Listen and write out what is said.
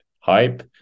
hype